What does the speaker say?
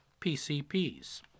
PCPs